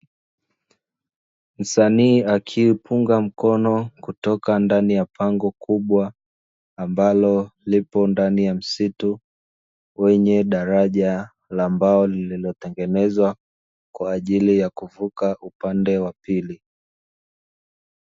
Msanii akipunga mkono kutoka ndani ya pango kubwa, ambalo lipo ndani ya msitu wenye daraja la mbao lililotengenezwa kwa ajili ya kuvuka upande wa pili.